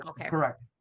correct